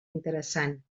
interessant